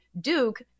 Duke